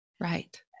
Right